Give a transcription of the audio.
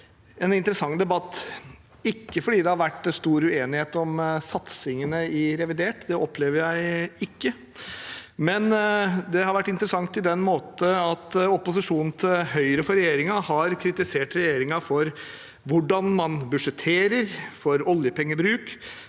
har vært en interessant debatt. Det er ikke fordi det har vært stor uenighet om satsingene i revidert – det opplever jeg ikke. Men det har vært interessant på den måten at opposisjonen til høyre for regjeringen har kritisert regjeringen for hvordan man budsjetterer, for oljepengebruk,